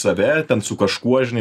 save ten su kažkuo žinai